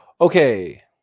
Okay